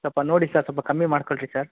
ಸ್ವಲ್ಪ ನೋಡಿ ಸರ್ ಸ್ವಲ್ಪ ಕಮ್ಮಿ ಮಾಡ್ಕೊಳ್ರಿ ಸರ್